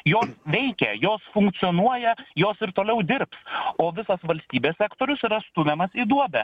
jos veikia jos funkcionuoja jos ir toliau dirbs o visas valstybės sektorius yra stumiamas į duobę